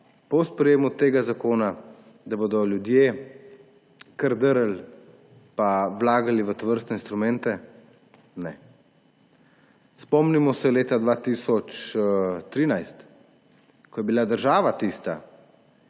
po sprejetju tega zakona ljudje kar drli in vlagali v tovrstne instrumente? Ne. Spomnimo se leta 2013, ko je bila država tista,